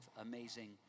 amazing